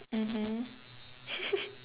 mmhmm